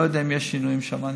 אני לא יודע אם יש שינויים שם.